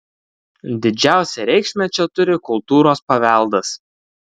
didžiausią reikšmę čia turi kultūros paveldas